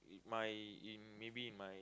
my in maybe in my